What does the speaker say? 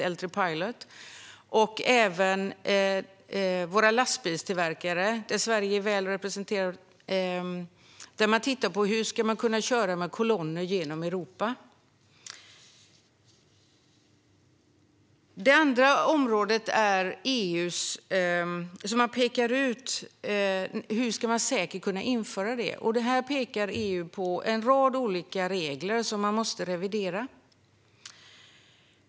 Bland våra lastbilstillverkare, där Sverige är väl representerat, tittar man på hur man ska kunna köra med kolonner genom Europa. Det andra område som pekas ut är hur man säkert ska kunna införa detta. Här pekar EU på en rad olika regler som måste revideras.